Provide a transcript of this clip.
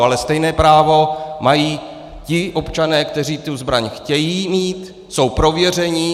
Ale stejné právo mají ti občané, kteří tu zbraň chtějí mít, jsou prověření.